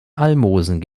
almosen